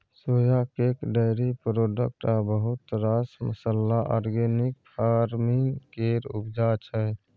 सोया cake, dairy product आ बहुत रास मसल्ला आर्गेनिक फार्मिंग केर उपजा छै